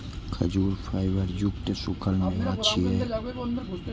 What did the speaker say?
खजूर फाइबर युक्त सूखल मेवा छियै